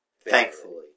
Thankfully